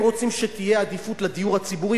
הם רוצים שתהיה עדיפות לדיור הציבורי,